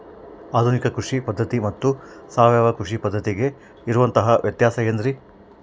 ಆಧುನಿಕ ಕೃಷಿ ಪದ್ಧತಿ ಮತ್ತು ಸಾವಯವ ಕೃಷಿ ಪದ್ಧತಿಗೆ ಇರುವಂತಂಹ ವ್ಯತ್ಯಾಸ ಏನ್ರಿ?